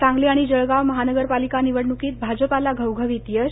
सांगली आणि जळगाव महानगरपालिका निवडणुकीत भाजपाला घवघवीत यश